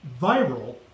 Viral